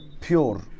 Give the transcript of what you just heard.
pure